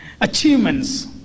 achievements